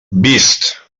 vists